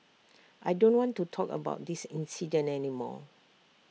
I don't want to talk about this incident any more